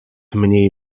mniej